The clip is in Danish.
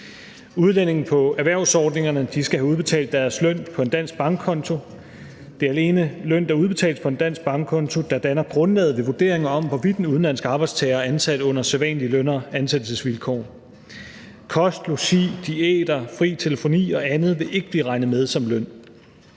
Udlændinge på erhvervsordningerne skal have udbetalt deres løn på en dansk bankkonto. Det er alene løn, der udbetales på en dansk bankkonto, der danner grundlaget ved vurderingen om, hvorvidt en udenlandsk arbejdstager er ansat under sædvanlige løn- og ansættelsesvilkår. Kost, logi, diæter, fri telefoni og andet vil ikke bliver regnet med som løn.